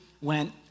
went